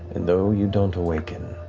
and though you don't awaken,